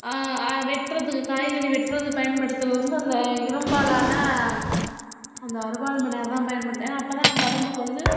வெட்டுறதுக்கு காய்கறி வெட்டுறதுக்கு பயன்படுத்துறது வந்து அந்த இரும்பால் ஆன அந்த அருவாள்மனை அதான் பயன்படுத்துவேன் அப்போதான் நம்ம உடம்புக்கு வந்து